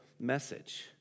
message